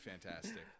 fantastic